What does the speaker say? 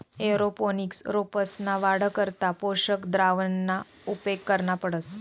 aeroponics रोपंसना वाढ करता पोषक द्रावणना उपेग करना पडस